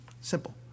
Simple